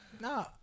No